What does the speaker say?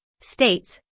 states